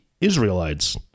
Israelites